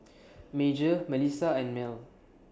Major Melissa and Mell